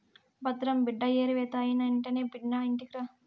భద్రం బిడ్డా ఏరివేత అయినెంటనే బిన్నా ఇంటికిరా